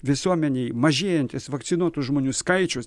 visuomenėj mažėjantis vakcinuotų žmonių skaičius